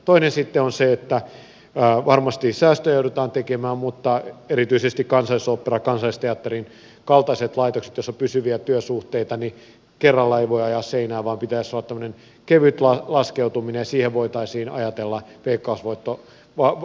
toinen sitten on se että varmasti säästöjä joudutaan tekemään mutta erityisesti kansallisoopperan kansallisteatterin kaltaisissa laitoksissa joissa on pysyviä työsuhteita ei voi kerralla ajaa seinään vaan pitäisi olla kevyt laskeutuminen ja siihen voitaisiin ajatella veikkausvoittovarojen rahaston purkamista